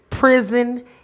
prison